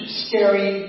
scary